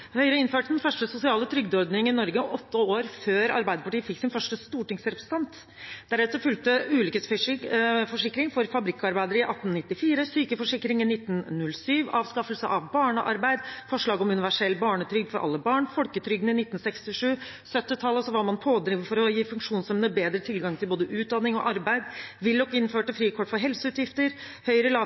Høyre. Høyre innførte den første sosiale trygdeordningen i Norge åtte år før Arbeiderpartiet fikk sin første stortingsrepresentant. Deretter fulgte ulykkesforsikring for fabrikkarbeidere i 1894, sykeforsikring i 1907, avskaffelse av barnearbeid, forslag om universell barnetrygd for alle barn, folketrygden i 1967. På 1970-tallet var man pådrivere for å gi funksjonshemmede bedre tilgang til både utdanning og arbeid. Willoch innførte frikort for helseutgifter. Høyre